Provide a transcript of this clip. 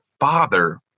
father